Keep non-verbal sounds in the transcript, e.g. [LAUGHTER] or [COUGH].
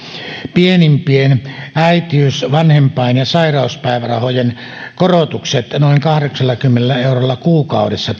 pienimpien äitiys vanhempain ja sairauspäivärahojen korotukset noin kahdeksallakymmenellä eurolla kuukaudessa [UNINTELLIGIBLE]